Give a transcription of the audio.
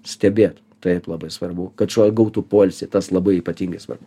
stebėt taip labai svarbu kad šuo gautų poilsį tas labai ypatingai svarbu